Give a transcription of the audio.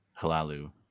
Halalu